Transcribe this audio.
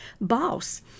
boss